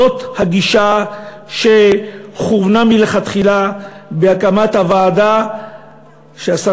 זאת הגישה שכוונה מלכתחילה בהקמת הוועדה שהשר